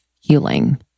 healing